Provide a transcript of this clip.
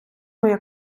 моя